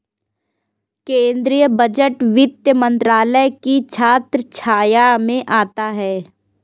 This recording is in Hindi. केंद्रीय बजट वित्त मंत्रालय की छत्रछाया में आता है